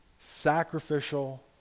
sacrificial